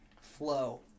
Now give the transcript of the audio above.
flow